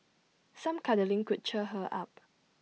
some cuddling could cheer her up